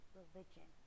religion